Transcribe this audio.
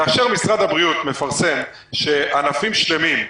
כאשר משרד הבריאות מפרסם שענפים שלמים,